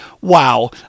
Wow